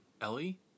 Ellie